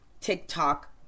TikTok